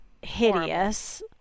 hideous